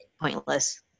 pointless